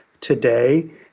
today